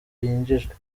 yinjijwe